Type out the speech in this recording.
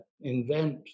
invent